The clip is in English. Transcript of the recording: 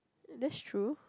that's true